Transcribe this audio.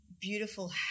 beautiful